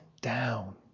down